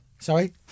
Sorry